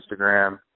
Instagram